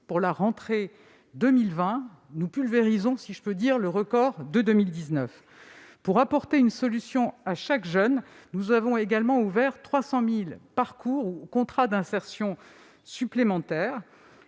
pour la rentrée de 2020, pulvérisant, si j'ose dire, le record de 2019. Pour apporter une solution à chaque jeune, nous avons également ouvert 300 000 parcours ou contrats d'insertion supplémentaires